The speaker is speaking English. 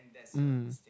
mm